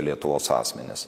lietuvos asmenis